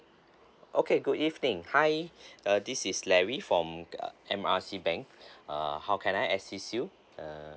okay good evening hi uh this is larry from uh M R C bank err how can I assist you uh